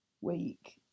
week